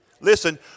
listen